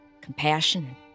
compassion